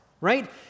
right